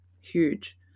huge